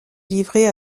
livrer